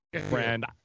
friend